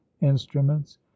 instruments